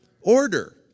order